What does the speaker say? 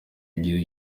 igihe